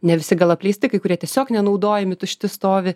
ne visi gal apleisti kai kurie tiesiog nenaudojami tušti stovi